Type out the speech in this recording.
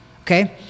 Okay